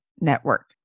network